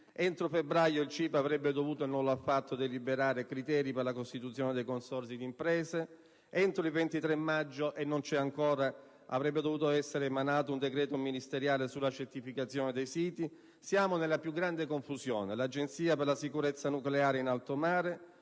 entro febbraio il CIPE avrebbe dovuto deliberare - e non l'ha fatto - criteri per la costituzione dei consorzi di imprese; entro il 23 maggio - e non c'è ancora - avrebbe dovuto essere emanato un decreto ministeriale sulla certificazione dei siti. Siamo nella più grande confusione. L'Agenzia per la sicurezza nucleare è in alto mare,